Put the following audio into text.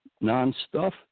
non-stuff